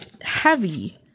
heavy